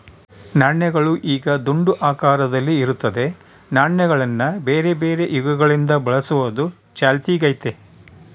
ನಾಣ್ಯಗಳು ಈಗ ದುಂಡು ಆಕಾರದಲ್ಲಿ ಇರುತ್ತದೆ, ನಾಣ್ಯಗಳನ್ನ ಬೇರೆಬೇರೆ ಯುಗಗಳಿಂದ ಬಳಸುವುದು ಚಾಲ್ತಿಗೈತೆ